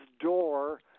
door